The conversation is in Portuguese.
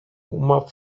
uma